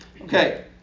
Okay